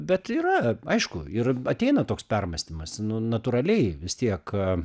bet yra aišku ir ateina toks permąstymas nu natūraliai vis tiek ką